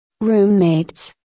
Roommates